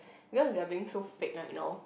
because they are being so fake lah you know